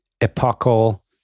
epochal